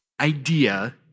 idea